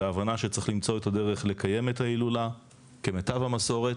והבנה שצריך למצוא את הדרך לקיים את ההילולה כמיטב המסורת,